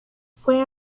fue